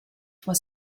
for